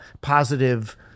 positive